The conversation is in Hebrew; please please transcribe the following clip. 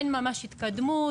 אין ממש התקדמות.